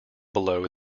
below